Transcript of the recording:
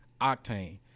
octane